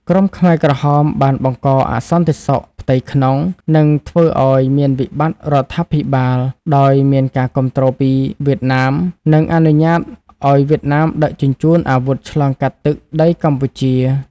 ក្រុមខ្មែរក្រហមបានបង្កអសន្តិសុខផ្ទៃក្នុង និងធ្វើឲ្យមានវិបត្តិរដ្ឋាភិបាល ដោយមានការគាំទ្រពីវៀតណាម និងអនុញ្ញាតឲ្យវៀតណាមដឹកជញ្ជូនអាវុធឆ្លងកាត់ទឹកដីកម្ពុជា។